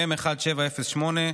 מ/1708,